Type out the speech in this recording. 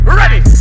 ready